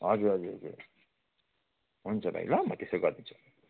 हजुर हजुर हजुर हुन्छ भाइ ल म त्यसो गरिदिन्छु